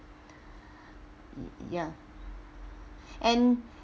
ya and